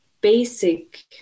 basic